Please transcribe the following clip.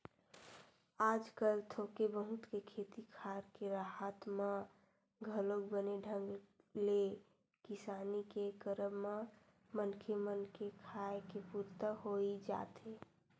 आजकल थोक बहुत के खेती खार के राहत म घलोक बने ढंग ले किसानी के करब म मनखे मन के खाय के पुरता होई जाथे